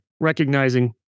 recognizing